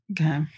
Okay